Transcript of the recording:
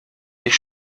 ich